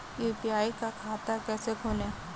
UPI का खाता कैसे खोलें?